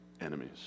enemies